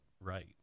right